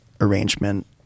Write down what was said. arrangement